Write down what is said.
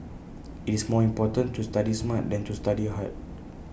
IT is more important to study smart than to study hard